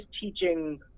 teaching